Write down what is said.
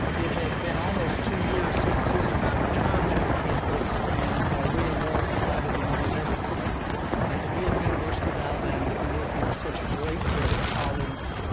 it has been almost two years since susan and i returned to the campus, and we are more excited than we have ever been ah to be at the university of alabama and to be working with such a great group of colleagues,